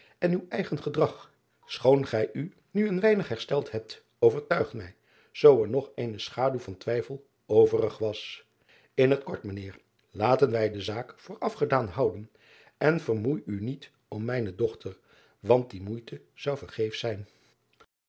en uw eigen gedrag schoon gij u nu een weinig hersteld hebt overtuigt mij zoo er nog eene schaduw van twijfel overig was n t kort mijn eer laten wij de zaak voor afgedaan houden en vermoei u niet om mijne dochter want die moeite zou vergeefsch zijn